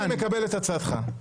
אני מקבל את הצעתך,